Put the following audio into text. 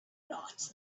not